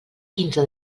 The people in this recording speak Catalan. quinze